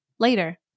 later